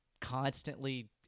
constantly